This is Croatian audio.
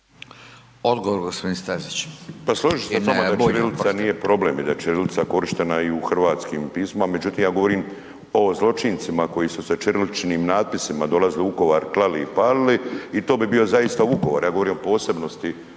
**Bulj, Miro (MOST)** Pa složit ću se s vama da ćirilica nije problem i da je ćirilica korištena i u hrvatskim pismima, međutim ja govorim o zločincima koji su se ćiriličnim natpisima dolazili u Vukovar, klali i palili i to bi bio zaista Vukovar. Ja govorim o posebnosti